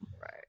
Right